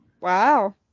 Wow